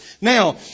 Now